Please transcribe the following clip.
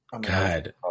God